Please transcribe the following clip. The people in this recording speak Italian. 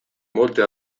molte